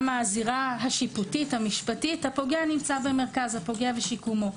הזירה השיפוטית המשפטית במרכז, הפוגע ושיקומו.